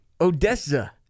Odessa